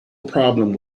problem